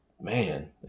man